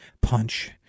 punch